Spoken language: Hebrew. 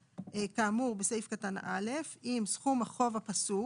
כאמור בסעיף קטן (א) אם סכום החוב הפסוק